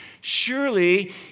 Surely